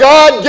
God